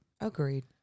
Agreed